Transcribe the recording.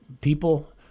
people